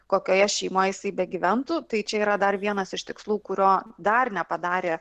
kokioje šeimoje jisai begyventų tai čia yra dar vienas iš tikslų kurio dar nepadarė